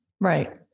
Right